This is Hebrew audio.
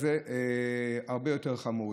סטטיסטיים הרבה יותר חמורים.